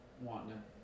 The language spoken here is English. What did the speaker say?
wanting